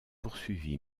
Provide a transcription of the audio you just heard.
poursuivi